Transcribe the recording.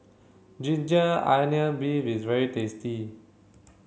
ginger onion beef is very tasty